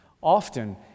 Often